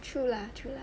true lah true lah